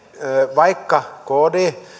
vaikka kd